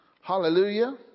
Hallelujah